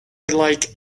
like